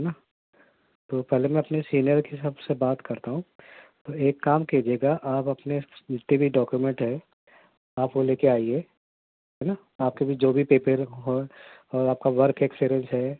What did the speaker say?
ہے نا تو پہلے میں اپنے سینئر کی سب سے بات کرتا ہوں تو ایک کام کیجیے گا آپ اپنے جتنے بھی ڈاکیومینٹ ہے آپ وہ لے کے آئیے ہے نا آپ کے بھی جو بھی پیپر ہو اور آپ کا ورک ایکسپریئنس ہے